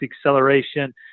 acceleration